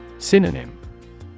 Synonym